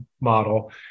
model